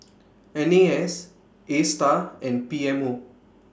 N A S ASTAR and P M O